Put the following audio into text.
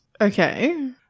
Okay